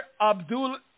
Abdul